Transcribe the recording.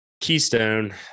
Keystone